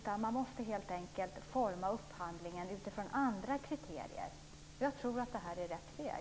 Man måste forma upphandlingen utifrån andra kriterier. Jag tror att det här är rätt väg.